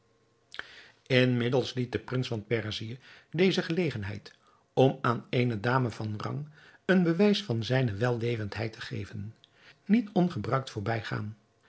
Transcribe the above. inmiddels liet de prins van perzië deze gelegenheid om aan eene dame van rang een bewijs van zijne wellevendheid te geven niet ongebruikt voorbijgaan